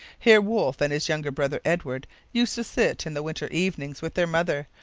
here wolfe and his younger brother edward used to sit in the winter evenings with their mother,